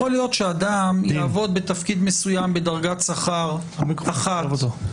יכול להיות שאדם יעבוד בתפקיד מסוים בדרגת שכר אחת במשרדו,